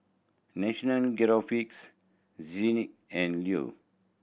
National Geographic Zinc and Leo